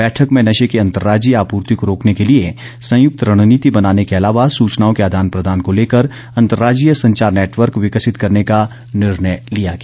बैठक में नशे की अंतरराज्यीय आपूर्ति को रोकने के लिए संयुक्त रणनीति बनाने के अलावा सूचनाओं के आदान प्रदान को लेकर अंतरराज्यीय संचार नेटवर्क विकसित करने केा निर्णय लिया गया